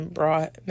brought